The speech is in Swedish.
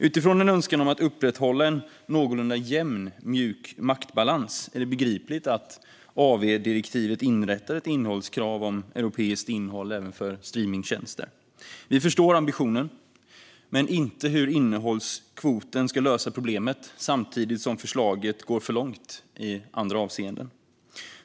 Utifrån en önskan om att upprätthålla en någorlunda jämn mjuk makt-balans är det begripligt att AV-direktivet inrättar ett innehållskrav om europeiskt innehåll även för streamningstjänster. Vi förstår ambitionen men inte hur innehållskvoten ska lösa problemet, samtidigt som förslaget går för långt i andra avseenden.